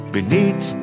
Beneath